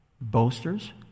boasters